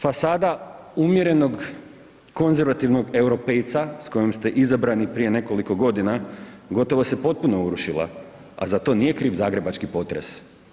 Fasada umjerenog konzervativnog europejca s kojom ste izabrani prije nekoliko godina gotovo se potpuno urušila, a za to nije kriv zagrebački potres.